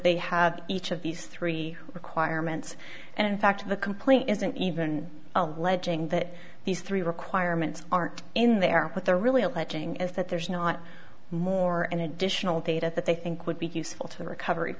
they have each of these three requirements and in fact the complete isn't even alleging that these three requirements are in there but they're really alleging is that there's not more and additional data that they think would be useful